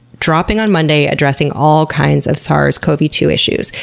dropping on monday, addressing all kinds of sars cov two issues.